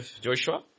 Joshua